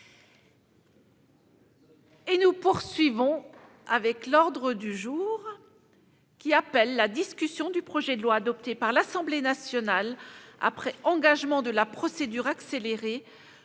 l'Union européenne. L'ordre du jour appelle la discussion du projet de loi, adopté par l'Assemblée nationale après engagement de la procédure accélérée,